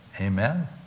Amen